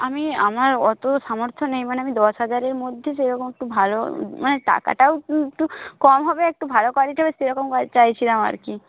আমি আমার অত সামর্থ্য নেই মানে আমি দশ হাজারের মধ্যে সেরকম একটু ভালো মানে টাকাটাও কম হবে একটু ভালো কোয়ালিটি হবে সেরকম চাইছিলাম আর কি